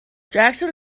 jackson